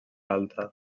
alta